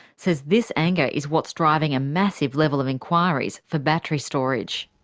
says this anger is what's driving a massive level of enquiries for battery storage.